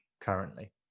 currently